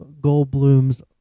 Goldblum's